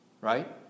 right